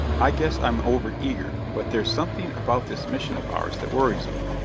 i guess i'm over-eager, but there's something about this mission of ours that worries me.